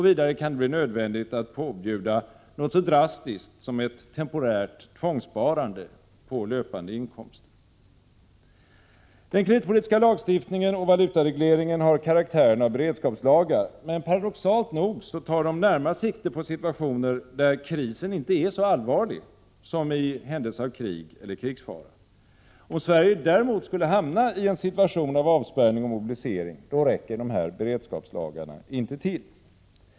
Vidare kan det bli nödvändigt att påbjuda något så drastiskt som ett temporärt tvångssparande på löpande inkomster. Den kreditpolitiska lagstiftningen och valutaregleringen har karaktären av beredskapslagar. Men paradoxalt nog tar de närmast sikte på situationer där krisen inte är så allvarlig som i händelse av krig eller krigsfara. Om Sverige däremot skulle hamna i en situation av avspärrning och mobilisering, då räcker beredskapslagarna inte till.